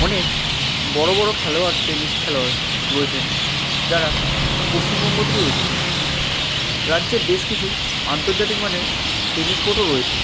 অনেক বড় বড় খেলোয়াড় টেনিস খেলোয়াড় রয়েছেন যারা পশ্চিমবঙ্গ থেকেই এসেছেন রাজ্যে বেশ কিছু আন্তর্জাতিক মানের টেনিস কোর্টও রয়েছে